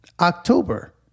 October